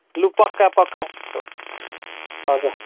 लु पक्का पक्का हो हजुर